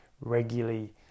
regularly